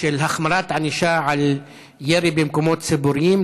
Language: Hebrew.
של החמרת ענישה על ירי במקומות ציבוריים,